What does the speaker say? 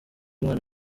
umwana